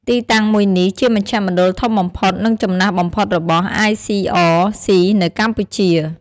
ទីតាំងមួយនេះ ជាមជ្ឈមណ្ឌលធំបំផុត និងចំណាស់បំផុតរបស់ អាយសុី អរ សុីនៅកម្ពុជា។